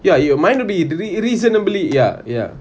ya your mind will be re~ reasonably ya ya